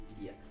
Yes